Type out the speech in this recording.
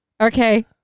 okay